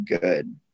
good